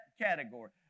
category